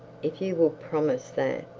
if you will promise that,